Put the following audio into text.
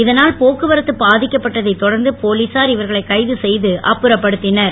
இதனால் போக்குவரத்து பாதிக்கப்பட்டதைத் தொடர்ந்து போலிசார் இவர்களைக் கைது செய்கு அப்புறப்படுத்தினர்